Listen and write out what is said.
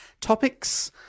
topics